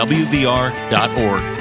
wvr.org